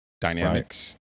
dynamics